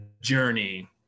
journey